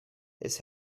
his